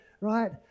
right